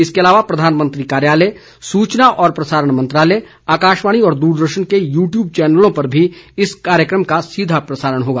इसके अलावा प्रधानमंत्री कार्यालय सूचना और प्रसारण मंत्रालय आकाशवाणी और दूरदर्शन के यूट्यूब चैनलों पर भी इस कार्यक्रम का सीधा प्रसारण होगा